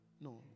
No